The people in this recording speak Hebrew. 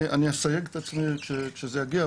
אני אסייג את עצמי כשזה יגיע.